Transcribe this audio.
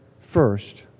First